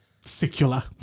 secular